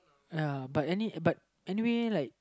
ya but any but anyway like